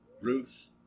Ruth